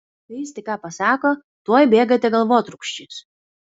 kai jis tik ką pasako tuoj bėgate galvotrūkčiais